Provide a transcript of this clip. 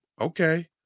okay